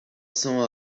cents